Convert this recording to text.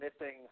missing